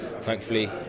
Thankfully